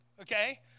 okay